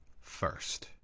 first